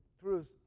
truths